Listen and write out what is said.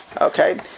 Okay